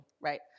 right